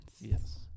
Yes